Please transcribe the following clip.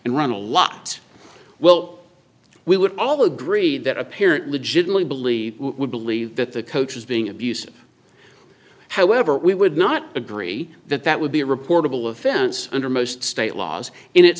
and run a lot well we would all agree that a parent legitimity believe would believe that the coach is being abusive however we would not agree that that would be a reportable offense under most state laws and it